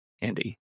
Andy